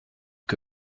que